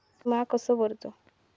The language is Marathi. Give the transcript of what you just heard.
विमा कसो भरूचो?